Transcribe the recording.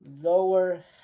lower